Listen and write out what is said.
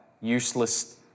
useless